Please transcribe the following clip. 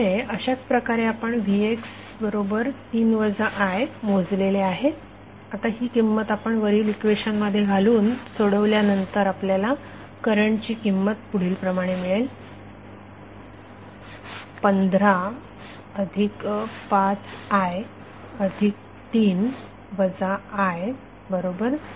त्यामुळे अशाच प्रकारे आपण vx3 i मोजलेले आहे आता ही किंमत आपण वरील इक्वेशन मध्ये घालून आणि सोडवल्यानंतर आपल्याला करंटची किंमत पुढीलप्रमाणे मिळेल 155i3 i0⇒i 4